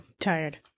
Tired